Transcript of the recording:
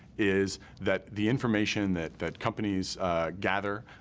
is that the information that that companies gather?